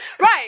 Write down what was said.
Right